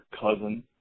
cousin